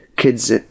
kids